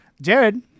Jared